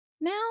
now